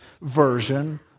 version